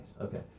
Okay